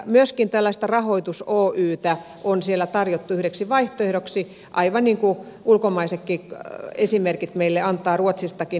myöskin tällaista rahoitus oytä on siellä tarjottu yhdeksi vaihtoehdoksi aivan niin kuin ulkomaisetkin esimerkit meille antavat ruotsistakin